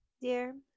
dear